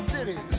City